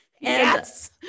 Yes